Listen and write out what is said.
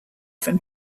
from